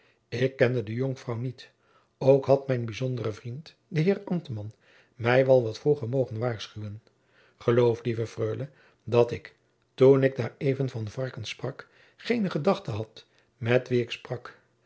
ik kende de jonkvrouw niet ook had mijn bijzondere vriend de heer ambtman mij wel wat vroeger mogen waarschuwen geloof lieve freule dat ik toen ik daareven van varkens sprak geene gedachte had met wie ik sprak